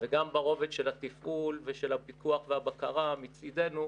וגם ברובד של התפעול ושל הפיקוח והבקרה מצדנו,